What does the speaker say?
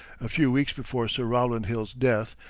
a few weeks before sir rowland hill's death,